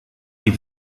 die